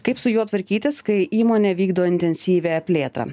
kaip su juo tvarkytis kai įmonė vykdo intensyvią plėtrą